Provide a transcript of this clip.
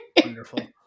Wonderful